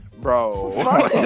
bro